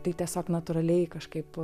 tai tiesiog natūraliai kažkaip